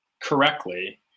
correctly